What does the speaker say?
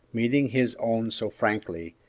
meeting his own so frankly,